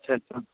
अच्छा अच्छा